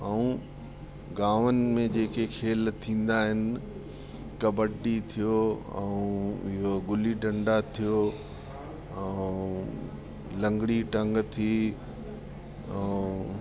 ऐं गांवनि में जेके खेल थींदा आहिनि कबडी थियो ऐं इयो गुली डंडा थियो ऐं लंगड़ी टंग थी ऐं